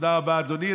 תודה רבה, אדוני.